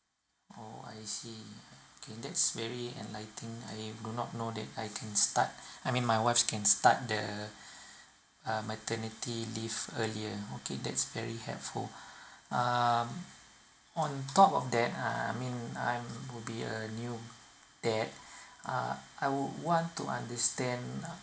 orh I see okay that's very enlighten I do not know that I can start I mean my wife can start the uh maternity leave earlier okay that's very helpful um on top of that uh I mean I'm will be a new dad uh I would want to understand